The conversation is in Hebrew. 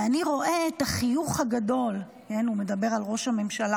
פה אני רואה את החיוך הגדול" הוא מדבר על ראש הממשלה,